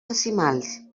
decimals